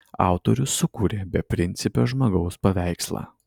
autorius sukūrė beprincipio žmogaus paveikslą